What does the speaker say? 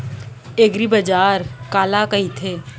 एगरीबाजार काला कहिथे?